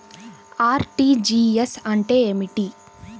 RTGS అంటే ఏమిటి?